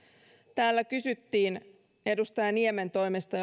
täällä kysyttiin edustaja niemen toimesta